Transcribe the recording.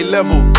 Level